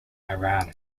iran